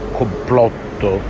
complotto